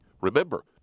Remember